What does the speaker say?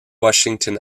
washington